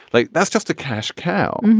like that's just a cash cow.